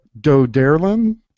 Doderlin